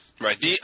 Right